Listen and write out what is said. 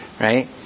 right